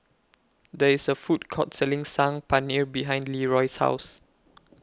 There IS A Food Court Selling Saag Paneer behind Leeroy's House